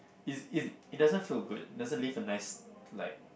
it's it's doesn't feel good doesn't leave a nice like